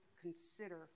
consider